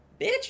Bitch